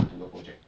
hmm